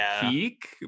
peak